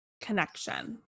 connection